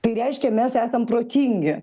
tai reiškia mes esam protingi